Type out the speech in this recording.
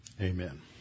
Amen